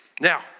Now